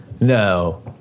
No